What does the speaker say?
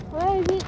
why is it